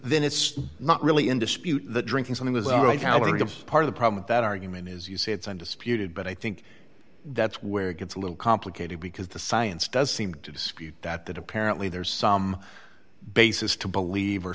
then it's not really in dispute that drinking something is all right how to give part of the problem that argument is you say it's undisputed but i think that's where it gets a little complicated because the science does seem to dispute that that apparently there's some basis to believe or